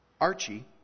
Archie